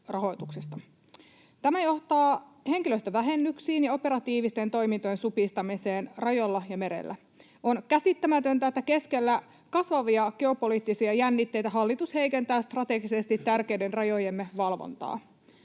Tämä johtaa henkilöstövähennyksiin ja operatiivisten toimintojen supistamiseen rajoilla ja merellä. On käsittämätöntä, että keskellä kasvavia geopoliittisia jännitteitä hallitus heikentää strategisesti tärkeiden rajojemme valvontaa.